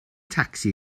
tacsi